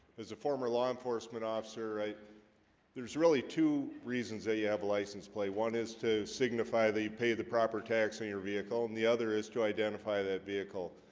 as a former law enforcement officer, right there's really two reasons that you have a license plate one is to signify they pay the proper tax in your vehicle and the other is to identify that vehicle